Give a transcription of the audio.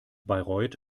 bayreuth